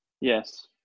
Yes